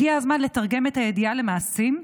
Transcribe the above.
הגיע הזמן לתרגם את הידיעה למעשים,